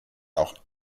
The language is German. auch